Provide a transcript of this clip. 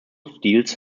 steals